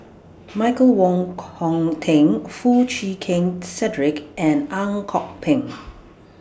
Michael Wong Hong Teng Foo Chee Keng Cedric and Ang Kok Peng